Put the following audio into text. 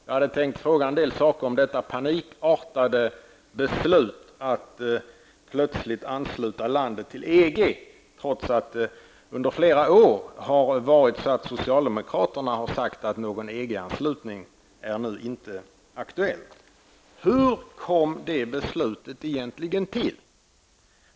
Jag har en del frågor att ställa kring det panikartade beslutet att plötsligt ansluta landet till EG, trots att socialdemokraterna under flera år har sagt att en EG-anslutning inte är aktuell. Hur kom det beslutet egentligen till?